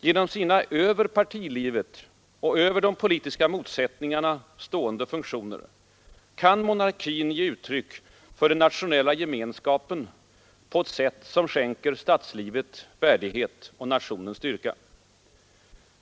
Genom sina över partilivet och över de politiska motsättningarna stående funktioner kan monarkin ge uttryck för den nationella gemenskapen på ett sätt som skänker statslivet värdighet och nationen styrka.